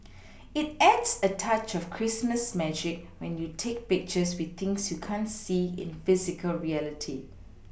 it adds a touch of Christmas magic when you take pictures with things you can't see in physical reality